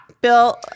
Bill